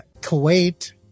Kuwait